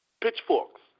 pitchforks